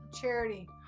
charity